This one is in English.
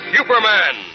Superman